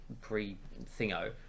pre-thingo